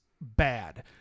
bad